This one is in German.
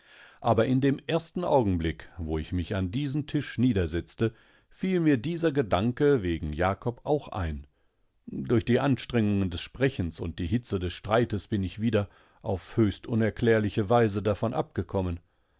aber in dem ersten augenblick wo ich mich an diesen tisch niedersetzte fiel mir dieser gedanke wegen jakob auch ein durch die anstrengungen des sprechens und die hitze des streites bin ich wieder auf höchstunerklärlicheweisedavonabgekommen